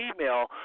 email